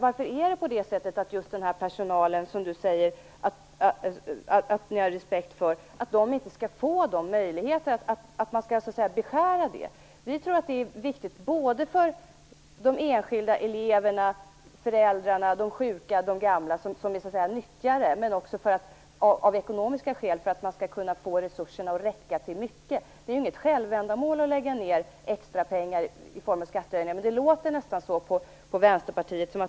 Varför får inte den personal, som Johan Lönnroth säger att han har respekt för, dessa möjligheter? Varför vill man beskära dem? Vi tror att det är viktigt för de enskilda eleverna, föräldrarna, de sjuka och de gamla - dvs. nyttjarna - att man anstränger sig för att få resurserna att räcka till mycket. Det är inget självändamål att satsa extrapengar i form av skattehöjningar, men det låter nästan så på Vänsterpartiet.